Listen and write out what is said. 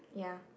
ya